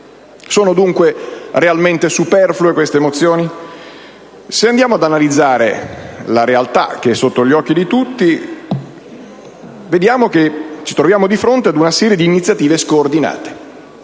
Sono dunque realmente superflue queste mozioni? Se analizziamo la realtà, che è sotto gli occhi di tutti, notiamo che ci troviamo di fronte ad una serie di iniziative scoordinate: